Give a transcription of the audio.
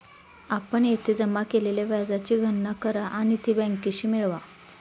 आपण येथे जमा केलेल्या व्याजाची गणना करा आणि ती बँकेशी मिळवा